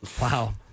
Wow